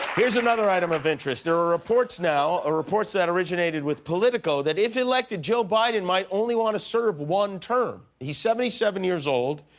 here's another item of interest. there are reports now, ah reports that originated with politico that if elected, joe biden might only want to serve one term. he's seventy seven years old,